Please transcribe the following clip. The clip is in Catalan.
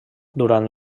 durant